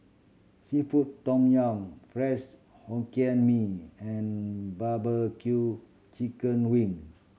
seafood tom yum fries Hokkien Mee and barbecue chicken wing